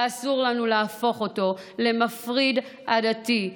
ואסור לנו להפוך אותו למפריד עדתי.